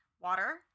Water